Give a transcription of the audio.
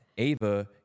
Ava